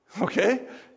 okay